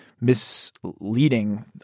misleading